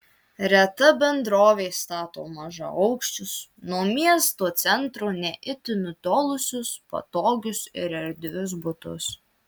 reta bendrovė stato mažaaukščius nuo miesto centro ne itin nutolusius patogius ir erdvius butus